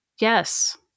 Yes